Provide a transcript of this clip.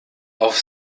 auf